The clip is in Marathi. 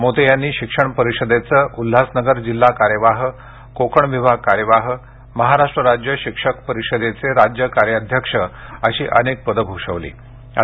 मोते यांनी शिक्षक परिषदेचे उल्हासनगर जिल्हा कार्यवाह कोकण विभाग कार्यवाह महाराष्ट्र राज्य शिक्षक परिषदेचे राज्य कार्याध्यक्ष अशी अनेक पदं भूषवली होती